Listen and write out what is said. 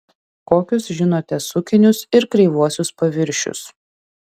kokius žinote sukinius ir kreivuosius paviršius